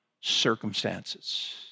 circumstances